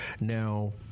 Now